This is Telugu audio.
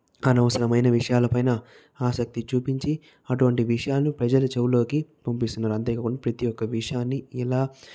అనవసరమైన విషయాల పైన ఆసక్తి చూపించి అటువంటి విషయాన్నీ ప్రజల చెవిలోకి పంపిస్తున్నారు అంతే కాకుండా ప్రతి ఒక్క విషయాన్ని ఇలా